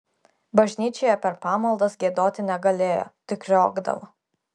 bažnyčioje per pamaldas giedoti negalėjo tik kriokdavo